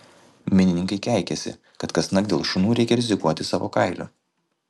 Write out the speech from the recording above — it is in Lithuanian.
minininkai keikiasi kad kasnakt dėl šunų reikia rizikuoti savo kailiu